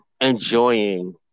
enjoying